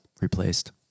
replaced